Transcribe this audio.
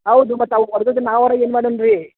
ಹೌದು ಮತ್ತು ಅವು ಒಡ್ದದ್ದು ನಾವಾರೂ ಏನು ಮಾಡಣ್ ರೀ